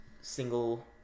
single